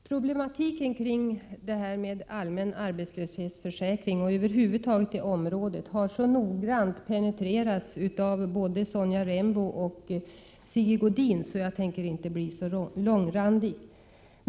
Herr talman! Problematiken kring allmän arbetslöshetsförsäkring och det mesta i övrigt som rör det området har så noggrant penetrerats av både Sonja Rembo och Sigge Godin att jag inte tänker bli så långrandig.